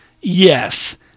Yes